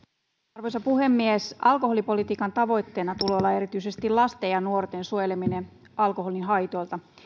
arvoisa puhemies alkoholipolitiikan tavoitteena tulee olla erityisesti lasten ja nuorten suojeleminen alkoholin haitoilta